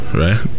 right